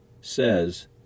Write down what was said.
says